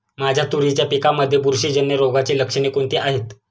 माझ्या तुरीच्या पिकामध्ये बुरशीजन्य रोगाची लक्षणे कोणती आहेत?